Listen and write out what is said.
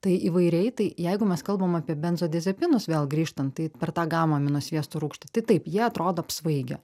tai įvairiai tai jeigu mes kalbam apie benzodiazepinus vėl grįžtant tai per tą gama aminosviesto rūgštį tai taip jie atrodo apsvaigę